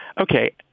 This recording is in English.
Okay